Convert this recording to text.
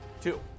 Two